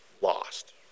lost